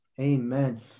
Amen